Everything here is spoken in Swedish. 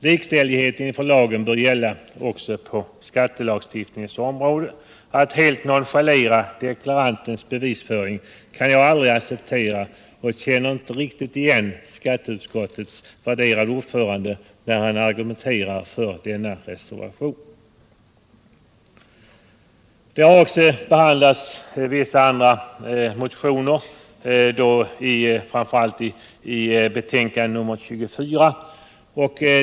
Likställighet inför lagen bör gälla också på skattelagstiftningens område. Att helt nonchalera deklarantens bevisföring kan jag aldrig acceptera, och jag känner inte riktigt igen skatteutskottets värderade ordförande, när han argumenterar för denna reservation. Det har också behandlats andra motioner, framför allt i skatteutskottets betänkande nr 24.